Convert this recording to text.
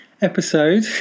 episode